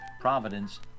Providence